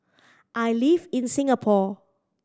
I live in Singapore